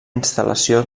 instal·lació